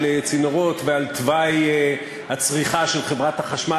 צינורות ועל תוואי הצריכה של חברת החשמל,